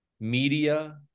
media